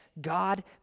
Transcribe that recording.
God